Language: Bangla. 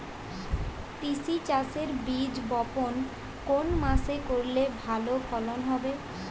তিসি চাষের বীজ বপন কোন মাসে করলে ভালো ফলন হবে?